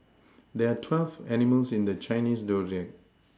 there are twelve animals in the Chinese zodiac